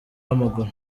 w’amaguru